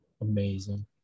amazing